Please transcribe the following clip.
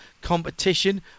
competition